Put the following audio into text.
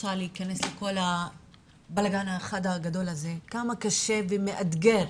ורוצה להכנס לכל הבלגן הגדול הזה, כמה קשה ומאתגר